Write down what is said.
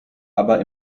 aber